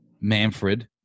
Manfred